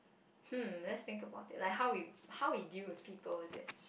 hmm let's think about it like how we how we deal with people with it